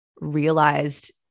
realized